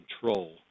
control